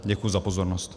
Děkuji za pozornost.